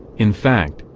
in fact,